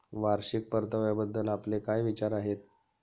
वार्षिक परताव्याबद्दल आपले काय विचार आहेत?